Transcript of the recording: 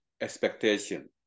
expectation